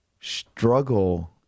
struggle